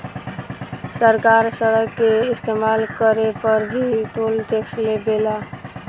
सरकार सड़क के इस्तमाल करे पर भी टोल टैक्स लेवे ले